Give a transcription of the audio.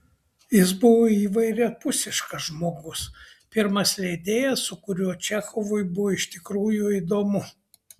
jis buvo įvairiapusiškas žmogus pirmas leidėjas su kuriuo čechovui buvo iš tikrųjų įdomu